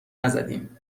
نزدیم